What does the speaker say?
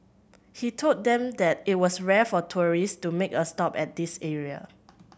he told them that it was rare for tourist to make a stop at this area